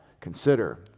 consider